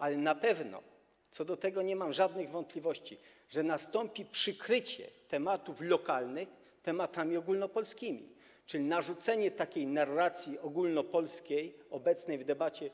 Ale na pewno, co do tego nie mam żadnych wątpliwości, nastąpi przykrycie tematów lokalnych tematami ogólnopolskimi, czyli narzucenie narracji ogólnopolskiej obecnej w debacie